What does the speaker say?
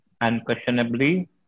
Unquestionably